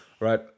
Right